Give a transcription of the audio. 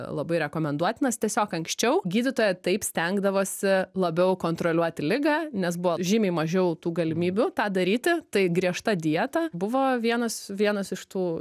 labai rekomenduotinas tiesiog anksčiau gydytoja taip stengdavosi labiau kontroliuoti ligą nes buvo žymiai mažiau tų galimybių tą daryti tai griežta dieta buvo vienas vienas iš tų